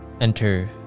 enter